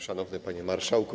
Szanowny Panie Marszałku!